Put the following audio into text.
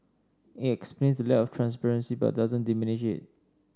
it explains lack of transparency but doesn't diminish it